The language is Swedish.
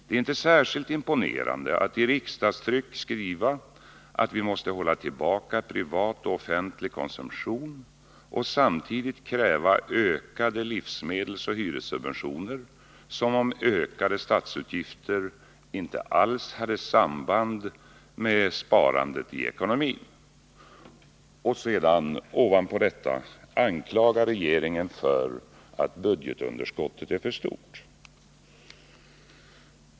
Det är inte särskilt imponerande att i riksdagstrycket skriva att vi måste hålla tillbaka privat och offentlig konsumtion och samtidigt kräva ökade livsmedelsoch hyressubventioner, som om ökade statsutgifter inte alls hade något samband med sparandet i ekonomin, och sedan ovanpå detta anklaga regeringen för att budgetunderskottet är för stort.